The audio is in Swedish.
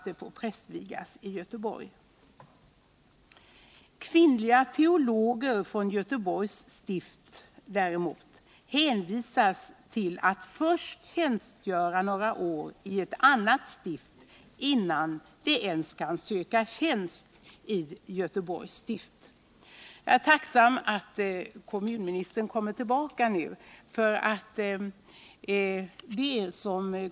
Kvinnliga teologer från Göteborgs stift däremot hänvisas till att först tjänstgöra några år i ett annat stift, innan de ens kan söka tjänst i Göteborgs stift. Jag är tacksam att kommunministern nu kommer tillbaka till kammaren.